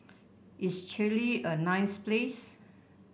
is Chile a nice place